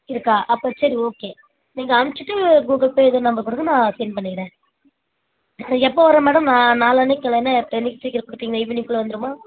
இருக்கா அப்போ சரி ஓகே நீங்கள் அனுச்சிட்டு கூகுள் பே இது நம்பர் கொடுங்க நான் செண்ட் பண்ணிடுறேன் இப்போ எப்போ வரும் மேடம் நான் நாளன்னைக்கு கல்யாணம் எப் என்றைக்கி சீக்கிரம் கொடுப்பீங்க ஈவினிங்குள்ளே வந்துடுமா